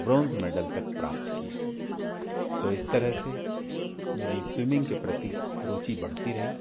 bronze medal तक प्राप्त किया तो इस तरह से मेरी स्विमिंग के प्रति रूचि बढती रही